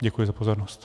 Děkuji za pozornost.